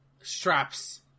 Straps